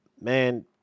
Man